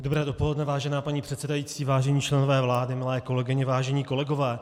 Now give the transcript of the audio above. Dobré dopoledne, vážená paní předsedající, vážení členové vlády, milé kolegyně, vážení kolegové.